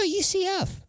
UCF